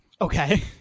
Okay